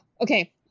okay